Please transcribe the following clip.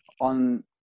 on